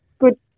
good